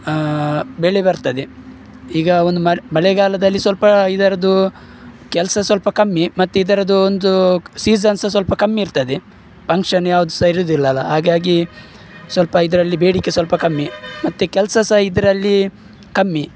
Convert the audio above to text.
ಬೆಳೆ ಬರ್ತದೆ ಈಗ ಒಂದು ಮಳೆ ಮಳೆಗಾಲದಲ್ಲಿ ಸ್ವಲ್ಪ ಇದ್ರದ್ದು ಕೆಲಸ ಸ್ವಲ್ಪ ಕಮ್ಮಿ ಮತ್ತೆ ಇದ್ರದ್ದು ಒಂದು ಸೀಸನ್ಸು ಸ್ವಲ್ಪ ಕಮ್ಮಿ ಇರ್ತದೆ ಪಂಕ್ಷನ್ ಯಾವ್ದು ಸಹ ಇರೋದಿಲ್ಲಲ್ಲ ಹಾಗಾಗಿ ಸ್ವಲ್ಪ ಇದರಲ್ಲಿ ಬೇಡಿಕೆ ಸ್ವಲ್ಪ ಕಮ್ಮಿ ಮತ್ತೆ ಕೆಲಸ ಸಹ ಇದರಲ್ಲಿ ಕಮ್ಮಿ